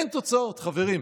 אין תוצאות, חברים.